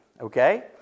okay